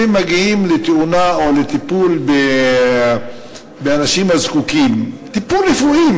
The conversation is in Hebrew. אם הם מגיעים לתאונה או לטיפול באנשים הזקוקים טיפול רפואי,